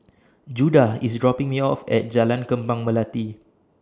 Judah IS dropping Me off At Jalan Kembang Melati